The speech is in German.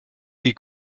die